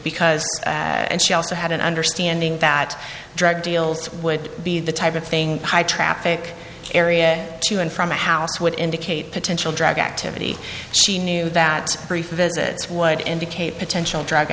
because and she also had an understanding that drug deals would be the type of thing high traffic area to and from the house would indicate potential drug activity she knew that brief visits would indicate potential drug